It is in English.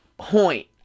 point